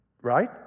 right